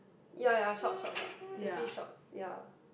ya ya short short short actually shorts ya